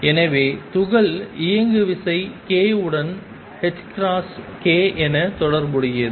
எனவே துகள் இயங்குவிசை k உடன் ℏk என தொடர்புடையது